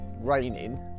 raining